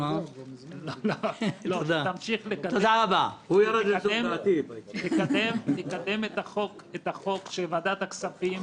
שתמשיך לקדם את החוק שוועדת הכספים